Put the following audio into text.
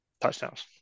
touchdowns